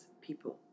people